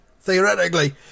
theoretically